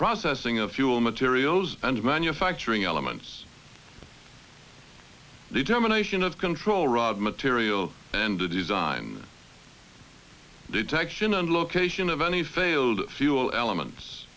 processing of fuel materials and manufacturing elements determination of control rod material and the design detection and location of any failed fuel elements